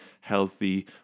healthy